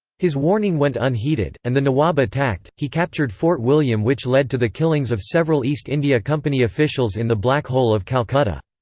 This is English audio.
his warning went unheeded, and the nawab attacked he captured fort william which led to the killings of several east india company officials in the black hole of calcutta.